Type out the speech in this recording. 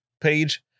page